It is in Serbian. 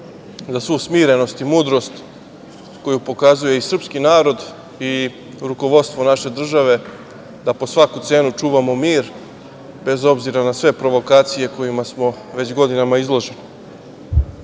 za svu smirenost i mudrost koju pokazuje i srpski narod i rukovodstvo naše države da po svaku cenu čuvamo mir, bez obzira na sve provokacije kojima smo već godinama izloženi. Pitanje